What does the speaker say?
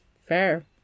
fair